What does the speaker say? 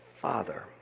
Father